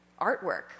artwork